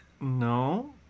No